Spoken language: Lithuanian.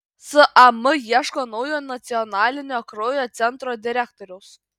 sam ieško naujo nacionalinio kraujo centro direktoriaus